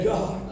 God